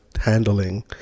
handling